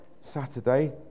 Saturday